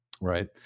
right